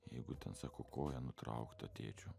jeigu ten sako koja nutraukta tėčio